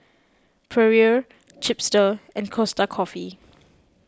Perrier Chipster and Costa Coffee